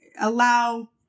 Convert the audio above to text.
allow